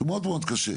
מאוד מאוד קשה.